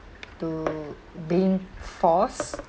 to being forced